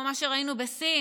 כמו מה שראינו בסין,